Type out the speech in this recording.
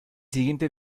siguiente